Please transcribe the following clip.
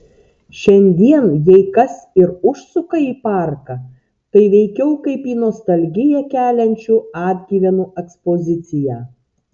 šiandien jei kas ir užsuka į parką tai veikiau kaip į nostalgiją keliančių atgyvenų ekspoziciją